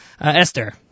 Esther